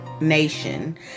nation